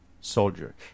soldier